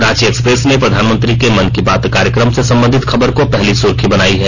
Ranchi Express ने प्रधानमंत्री के मन की बात कार्यक्रम से संबंधित खबर को पहली सुर्खी बनाई है